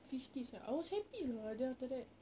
fifties ah I was happy lah then after that